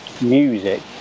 music